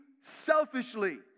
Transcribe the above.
selfishly